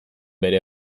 bere